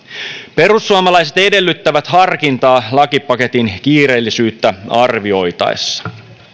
perussuomalaiset edellyttävät harkintaa lakipaketin kiireellisyyttä arvioitaessa